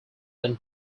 than